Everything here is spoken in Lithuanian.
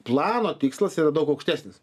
plano tikslas yra daug aukštesnis